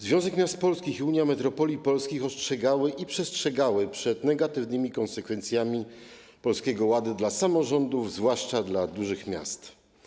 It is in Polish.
Związek Miast Polskich i Unia Metropolii Polskich ostrzegały i przestrzegały przed negatywnymi konsekwencjami Polskiego Ładu dla samorządów, zwłaszcza dla dużych miast.